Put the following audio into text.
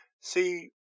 See